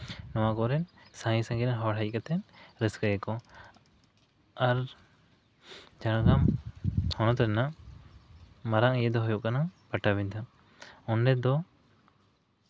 ᱱᱚᱣᱟ ᱠᱚᱨᱮᱫ ᱥᱟᱺᱜᱤᱧᱼᱥᱟᱺᱜᱤᱧ ᱨᱮᱱ ᱦᱚᱲ ᱦᱮᱡ ᱠᱟᱛᱮᱫ ᱨᱟᱹᱥᱠᱟᱹᱭᱟᱠᱚ ᱟᱨ ᱡᱷᱟᱲᱜᱨᱟᱢ ᱦᱚᱱᱚᱛ ᱨᱮᱱᱟᱜ ᱢᱟᱨᱟᱝ ᱤᱭᱟᱹ ᱫᱚ ᱦᱩᱭᱩᱜ ᱠᱟᱱᱟ ᱯᱟᱴᱟᱵᱤᱸᱫᱷᱟᱹ ᱚᱸᱰᱮ ᱫᱚ